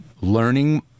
learning